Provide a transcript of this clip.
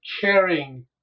caring